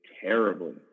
terribly